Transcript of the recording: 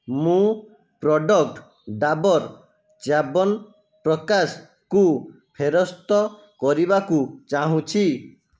ମୁଁ ପ୍ରଡ଼କ୍ଟ ଡାବର୍ ଚ୍ୟାବନ ପ୍ରକାଶକୁ ଫେରସ୍ତ କରିବାକୁ ଚାହୁଁଛି